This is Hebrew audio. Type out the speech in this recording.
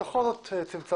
בכל זאת צמצמתם.